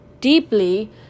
deeply